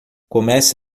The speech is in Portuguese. comece